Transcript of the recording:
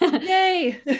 Yay